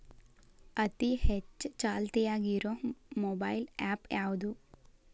ಅತಿ ಹೆಚ್ಚ ಚಾಲ್ತಿಯಾಗ ಇರು ಮೊಬೈಲ್ ಆ್ಯಪ್ ಯಾವುದು?